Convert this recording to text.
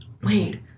wait